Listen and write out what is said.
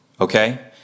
okay